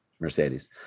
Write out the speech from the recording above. Mercedes